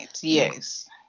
Yes